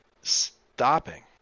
stopping